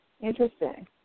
interesting